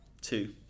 Two